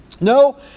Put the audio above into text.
no